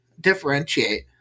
differentiate